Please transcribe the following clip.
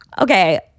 okay